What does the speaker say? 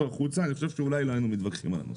החוצה אני חושב שאולי לא היינו מתווכחים על הנושא.